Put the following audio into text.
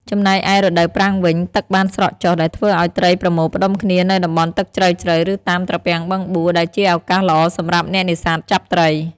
ចំណែកឯរដូវប្រាំងវិញ ទឹកបានស្រកចុះ ដែលធ្វើឲ្យត្រីប្រមូលផ្ដុំគ្នានៅតំបន់ទឹកជ្រៅៗ ឬតាមត្រពាំងបឹងបួរ ដែលជាឱកាសល្អសម្រាប់អ្នកនេសាទចាប់ត្រី។